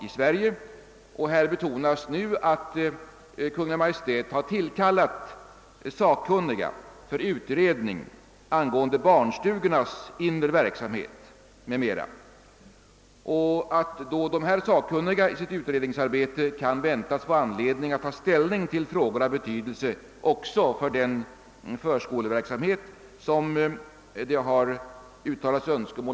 Utskottet har erinrat om att Kungl. Maj:t medgivit tillkallande av sakkunniga för utredning angående barnstugornas inre verksamhet m.m. och att dessa sakkunniga i sitt utredningsarbete kan väntas få anledning att ta ställning till frågor av betydelse även för den förskoleverksamhet som motionärerna önskat.